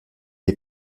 est